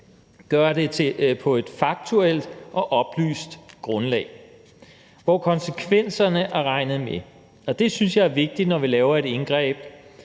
gøre det på et faktuelt og oplyst grundlag, hvor konsekvenserne er regnet med. Det synes jeg er vigtigt, når vi laver et indgreb,